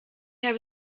habe